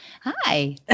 Hi